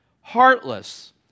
heartless